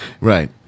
right